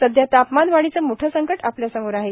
सध्या तापमानवाढीचं मोठ संकट आपल्यासमोर आहे